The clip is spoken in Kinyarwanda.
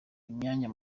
imyanya